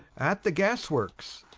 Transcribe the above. at the gas-works.